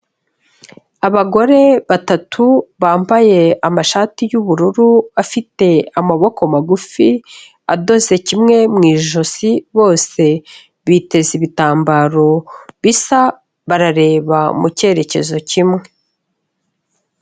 Abagore batatu bambaye amashati y'ubururu afite amaboko magufi, adoze kimwe mu ijosi bose biteze ibitambaro bisa, barareba mu cyerekezo kimwe.